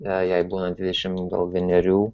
jai būnant dvidešimt vienerių